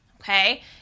okay